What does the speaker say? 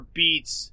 beats